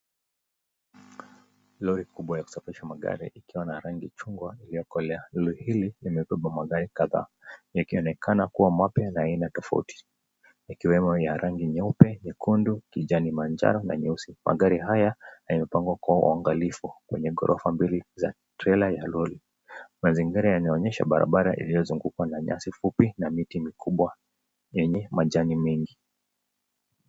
Lori kubwa ya kusafirisha magari ikiwa na rangi chungwa iliyokolea. Lori hili limebeba magari kadhaa yakionekana yakiwa mapya na tofauti, yakiwemo ya rangi nyeupe, nyekundu, kijani manjano na nyeusi. Magari haya yamepangwa kwa uangalifu kwenye gorofa mbili za trela ya lori. Mazingira inaonyesha barabara iliyozungukwa na nyasi fupi na miti mikubwa yenye majani mengi.